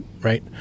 right